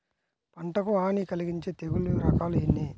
పంటకు హాని కలిగించే తెగుళ్ల రకాలు ఎన్ని?